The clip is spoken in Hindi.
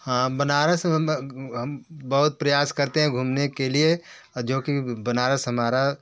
हाँ बनारस हम बहुत प्रयास करते हैं घूमने के लिए जो कि बनारस हमारा